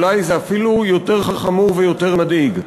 אולי זה אפילו יותר חמור ויותר מדאיג.